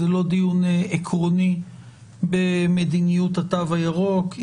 זה לא דיון במדיניות התו הירוק.